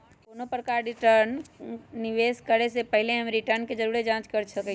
कोनो प्रकारे निवेश करे से पहिले हम रिटर्न के जरुरे जाँच करइछि